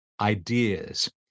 ideas